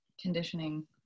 conditioning